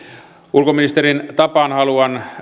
ulkoministerin tapaan haluan